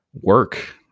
work